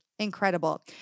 Incredible